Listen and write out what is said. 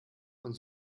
von